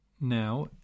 now